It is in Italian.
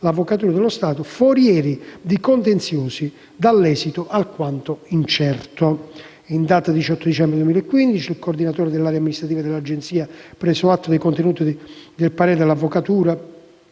probabilmente forieri di contenziosi dall'esito alquanto incerto». In data 18 dicembre 2015, il coordinatore dell'area amministrativa dell'Agenzia, preso atto dei contenuti del parere dell'Avvocatura,